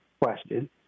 question